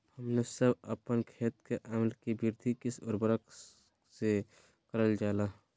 हमने सब अपन खेत में अम्ल कि वृद्धि किस उर्वरक से करलजाला?